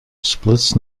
splits